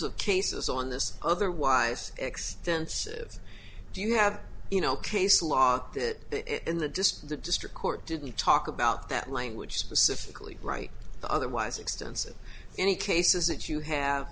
of cases on this otherwise extensive do you have you know case law that in the disk the district court didn't talk about that language specifically right otherwise extensive any cases that you have